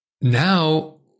now